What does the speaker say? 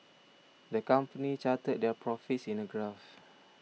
the company charted their profits in a graph